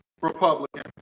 Republican